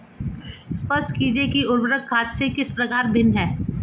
स्पष्ट कीजिए कि उर्वरक खाद से किस प्रकार भिन्न है?